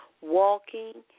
walking